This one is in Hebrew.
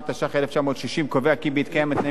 קובע כי בהתקיים תנאים מסוימים רשאי בית-המשפט